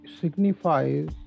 signifies